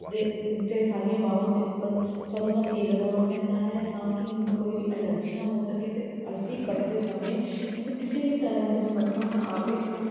ਦੇ 'ਤੇ ਸਾਰੀਆਂ ਬਾਹਵਾਂ ਦੇ ਉੱਪਰ ਸਰੋਂ ਦਾ ਤੇਲ ਲਗਾਉਣਾ ਪੈਂਦਾ ਹੈ ਤਾਂ ਕਿ ਮੈਨੂੰ ਕੋਈ ਵੀ ਐਲਰਜੀ ਨਾ ਹੋ ਸਕੇ ਅਤੇ ਅਰਬੀ ਕੱਟਦੇ ਸਮੇਂ ਮੈਨੂੰ ਕਿਸੇ ਵੀ ਤਰ੍ਹਾਂ ਦੀ ਸਮੱਸਿਆ ਨਾ ਆਵੇ ਅਤੇ ਮੈਂ